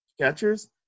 catchers